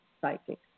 psychic